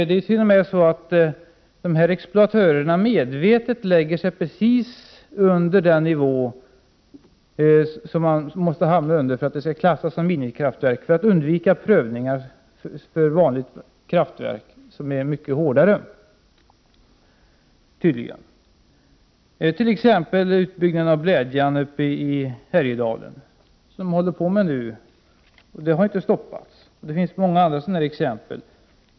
Det är t.o.m. så att exploatörerna medvetet lägger sig precis under den nivå som man måste hålla sig under för att anläggningen skall klassas som minikraftverk. Det gör man för att undvika prövningen för vanligt kraftverk, som tydligen är mycket hårdare. Ta t.ex. den utbyggnad av Blädjan i Härjedalen som nu pågår! Den har inte stoppats. Och det finns många andra exempel.